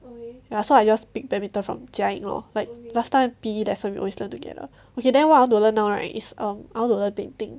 ya so I just pick badminton from jia ying lor like last time P_E lesson we always learn together okay then what I want to learn now right is um I want to learn painting